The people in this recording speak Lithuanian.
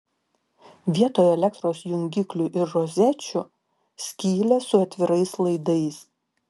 vietoj elektros jungiklių ir rozečių skylės su atvirais laidais